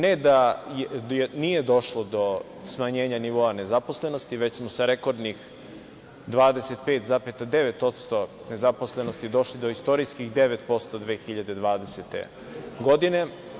Ne da nije došlo do smanjenja nivoa nezaposlenosti, već smo sa rekordnih 25,9% nezaposlenosti došli do istorijskih 9% 2020. godine.